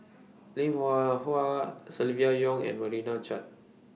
Lim Hwee Hua Silvia Yong and Meira Chand